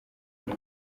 ari